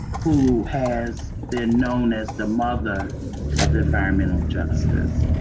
who has been known as, the mother of the environmental justice.